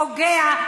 פוגע,